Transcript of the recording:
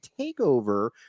takeover